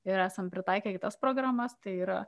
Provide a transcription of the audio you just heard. ir esam pritaikę kitas programas tai yra